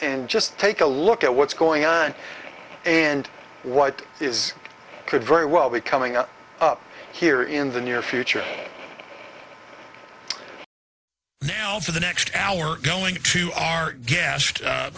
and just take a look at what's going on and what is could very well be coming up up here in the near future now for the next hour going to our gas